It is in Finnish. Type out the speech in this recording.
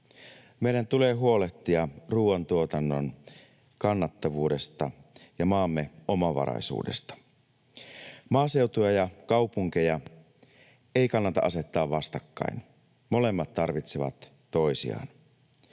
Meidän tulee huolehtia ruoantuotannon kannattavuudesta ja maamme omavaraisuudesta. Maaseutua ja kaupunkeja ei kannata asettaa vastakkain, molemmat tarvitsevat toisiaan.